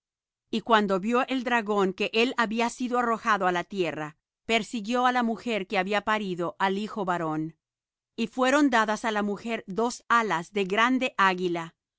y cuando vió el dragón que él había sido arrojado á la tierra persiguió á la mujer que había parido al hijo varón y fueron dadas á la mujer dos alas de grande águila